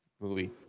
movie